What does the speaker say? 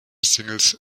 singles